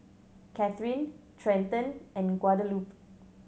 Cathrine Trenton and Guadalupe